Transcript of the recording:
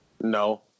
No